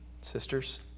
sisters